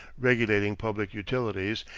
regulating public utilities,